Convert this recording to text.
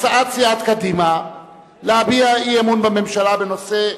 הצעת סיעת קדימה להביע אי-אמון בממשלה בנושא: